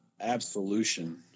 absolution